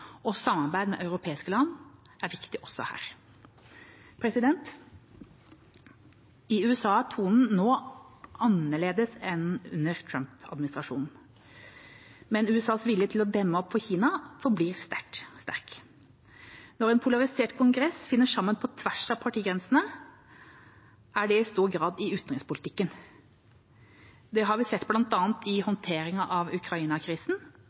Samarbeid med europeiske land er viktig også her. I USA er tonen nå annerledes enn under Trump-administrasjonen, men USAs vilje til å demme opp for Kina forblir sterk. Når en polarisert kongress finner sammen på tvers av partigrensene, er det i stor grad i utenrikspolitikken. Det har vi sett bl.a. i håndteringen av